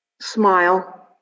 smile